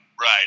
Right